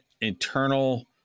internal